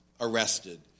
arrested